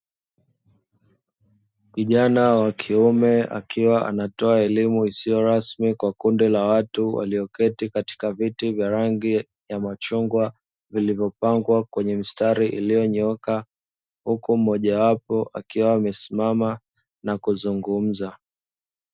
Kijana wa kiume akiwa anatoa elimu isiyo rasmi kwa kundi la watu walioketi katika vyeti vya rangi ya machungwa, vilivyopangwa kwenye mstari iliyonyooka, huku mmoja wao akiwa amesimama na kuzungumza.